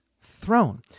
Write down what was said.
throne